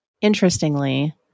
Interestingly